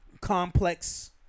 complex